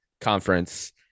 Conference